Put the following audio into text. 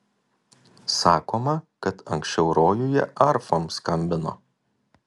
sakoma kad anksčiau rojuje arfom skambino